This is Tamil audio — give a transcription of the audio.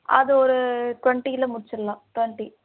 அது ஒரு ட்வெண்ட்டியில் முடிச்சுரலாம் ட்வெண்ட்டி